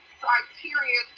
criteria